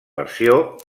versió